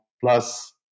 plus